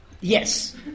Yes